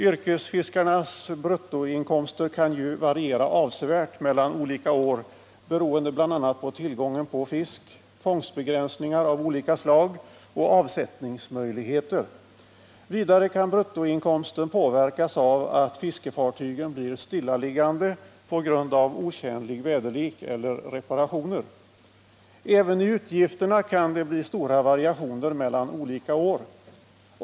Yrkesfiskarnas bruttoinkomster kan ju variera avsevärt mellan olika år, beroende bl.a. på tillgången på fisk, fångstbegränsningar av olika slag och avsättningsmöjligheter. Vidare kan bruttoinkomsten påverkas av att fiskefartygen blir stillaliggande på grund av otjänlig väderlek eller reparationer. Även i fråga om utgifterna kan det bli stora variationer mellan olika år.